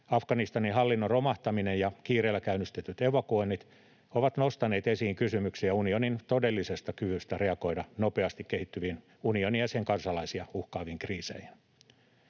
Afganistanin hallinnon romahtaminen ja kiireellä käynnistetyt evakuoinnit ovat nostaneet esiin kysymyksiä unionin todellisesta kyvystä reagoida nopeasti kehittyviin, unionia ja sen kansalaisia uhkaaviin kriiseihin.